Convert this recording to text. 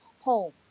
home